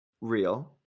real